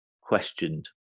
questioned